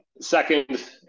Second